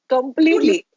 Completely